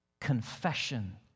confession